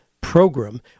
program